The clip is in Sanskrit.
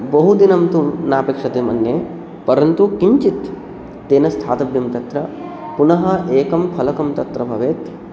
बहुदिनं तु नापेक्षते मन्ये परन्तु किञ्चित् तेन स्थातव्यं तत्र पुनः एकं फलकं तत्र भवेत्